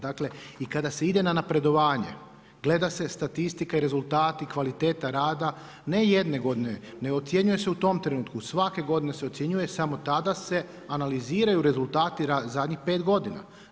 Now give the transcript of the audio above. Dakle i kada se ide na napredovanje gleda se statistika i rezultati, kvaliteta rada, ne jedne godine, ne ocjenjuje se u tom trenutku, svake godine se ocjenjuje samo tada se analiziraju rezultati zadnjih 5 godina.